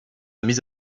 mise